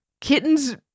kittens